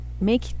make